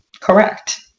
correct